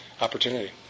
opportunity